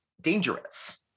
dangerous